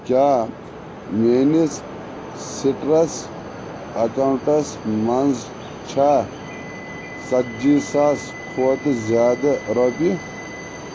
کیٛاہ میٲنِس citrus accounts منٛز چھا ژتجی ساس کھۄتہٕ زِیٛادٕ رۄپیہِ